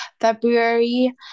February